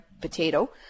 potato